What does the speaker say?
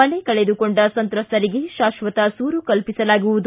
ಮನೆ ಕಳೆದುಕೊಂಡ ಸಂತ್ರಸ್ತರಿಗೆ ಶಾಪ್ವತ ಸೂರು ಕಲ್ಪಿಸಲಾಗುವುದು